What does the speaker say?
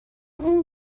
اون